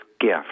gift